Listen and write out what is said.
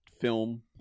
film